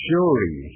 Surely